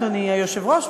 אדוני היושב-ראש,